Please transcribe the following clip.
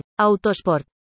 Autosport